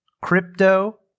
Crypto